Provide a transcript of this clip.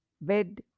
bed